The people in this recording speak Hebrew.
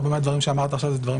הרבה דברים שאמרת עכשיו זה דברים